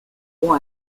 four